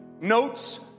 notes